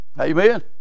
amen